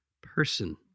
person